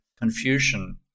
Confucian